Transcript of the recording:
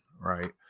right